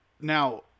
now